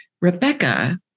Rebecca